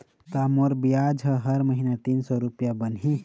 ता तोर बियाज ह हर महिना तीन सौ रुपया बनही